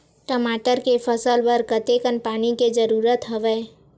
टमाटर के फसल बर कतेकन पानी के जरूरत हवय?